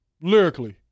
Lyrically